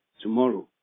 tomorrow